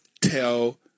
tell